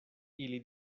ili